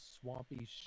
swampy